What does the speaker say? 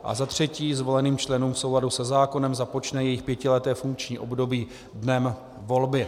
III zvoleným členům v souladu se zákonem započne jejich pětileté funkční období dnem volby.